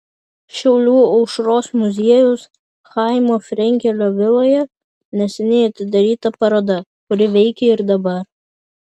šiaulių aušros muziejaus chaimo frenkelio viloje neseniai atidaryta paroda kuri veikia ir dabar